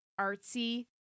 artsy